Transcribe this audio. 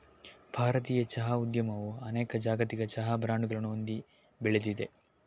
ಭಾರತೀಯ ಚಹಾ ಉದ್ಯಮವು ಅನೇಕ ಜಾಗತಿಕ ಚಹಾ ಬ್ರಾಂಡುಗಳನ್ನು ಹೊಂದಿ ಬೆಳೆದಿದೆ